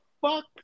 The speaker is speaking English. fuck